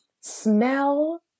smell